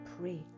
pray